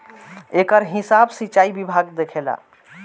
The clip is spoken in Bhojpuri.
एकर हिसाब सिंचाई विभाग देखेला